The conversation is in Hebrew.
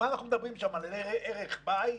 מה אנחנו מדברים שם, על ערך בית?